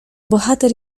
bohater